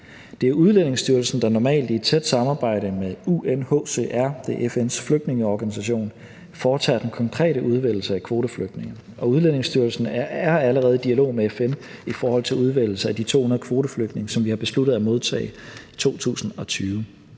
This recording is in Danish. Det er Udlændingestyrelsen, der normalt i et tæt samarbejde med UNHCR, det er FN's flygtningeorganisation, foretager den konkrete udvælgelse af kvoteflygtninge. Og Udlændingestyrelsen er allerede i dialog med FN i forhold til udvælgelse af de 200 kvoteflygtninge, som vi har besluttet at modtage i 2020.